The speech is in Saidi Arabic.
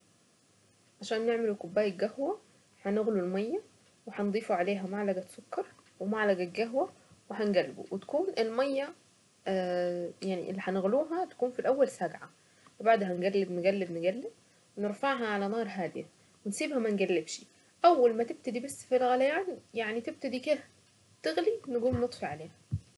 عشان نعمل كوباية قهوة هنغلي الماية وهنضيفه عليها معلقة سكر ومعلقة قهوة وحنقلبه وتكون المية يعني اللي هنغلوها تكون في الاول ساقعة وبعدها نقلب نقلب نقلب ونرفعها على نار هادية ونسيبها ما نقلبهاش اول ما تبتدي بس في الغليان يعني دي كده تغلي نقوم نطفي عليها.